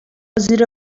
زیر